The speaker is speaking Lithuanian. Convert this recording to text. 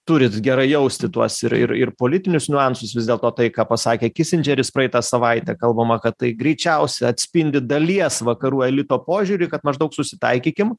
turit gerai jausti tuos ir ir politinius niuansus vis dėlto tai ką pasakė kisindžeris praeitą savaitę kalbama kad tai greičiausia atspindi dalies vakarų elito požiūrį kad maždaug susitaikykim